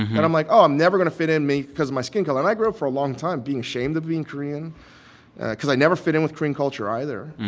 and i'm like, oh, i'm never gonna fit in because of my skin color. and i grew up, for a long time, being ashamed of being korean because i never fit in with korean culture either.